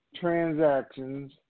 transactions